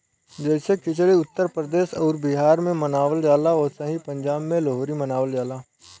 जैसे खिचड़ी उत्तर प्रदेश अउर बिहार मे मनावल जाला ओसही पंजाब मे लोहरी मनावल जाला